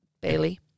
Bailey